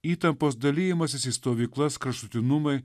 įtampos dalijimasis į stovyklas kraštutinumai